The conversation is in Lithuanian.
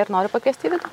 ir noriu pakviesti į vidų